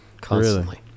constantly